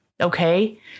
okay